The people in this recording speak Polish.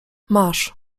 masz